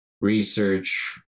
research